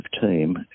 team